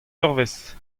eurvezh